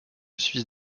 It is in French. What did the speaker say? suisse